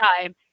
time